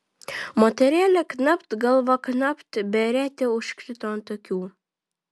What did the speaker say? moterėlė knapt galva knapt beretė užkrito ant akių